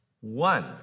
one